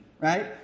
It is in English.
right